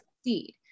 succeed